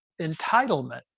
entitlement